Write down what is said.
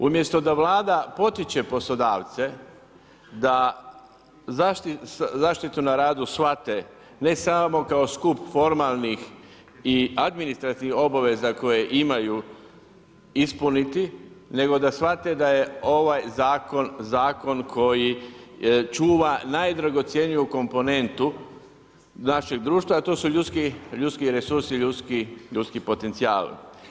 Umjesto da Vlada potiče poslodavce, da zaštitu na radu shvate, ne samo kao skup formalnih i administrativnih obaveza koje imaju ispuniti, nego da shvate da je ovaj zakon, zakon koji čuva najdragocjeniju komponentu našeg društva, a to su ljudski resursi i ljudski potencijali.